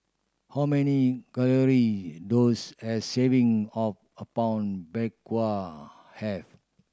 how many calorie does a serving of Apom Berkuah have